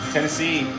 Tennessee